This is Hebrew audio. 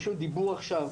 יש לנו דיבור עכשיו,